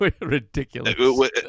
Ridiculous